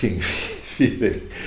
feeling